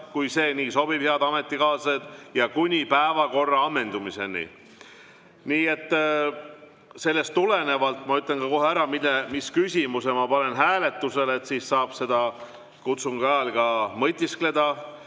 kui nii sobib, head ametikaaslased, ja kuni päevakorra ammendumiseni. Sellest tulenevalt ma ütlen ka kohe ära, mis küsimuse ma panen hääletusele, siis saab selle üle kutsungi ajal mõtiskleda.